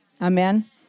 Amen